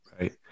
Right